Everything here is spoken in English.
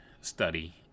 study